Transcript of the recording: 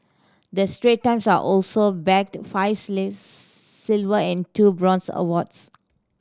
the Strait Times are also bagged five silver and two bronze awards